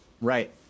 Right